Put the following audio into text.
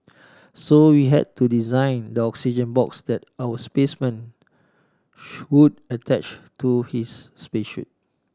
so we had to design the oxygen box that our spaceman would attach to his space suit